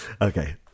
Okay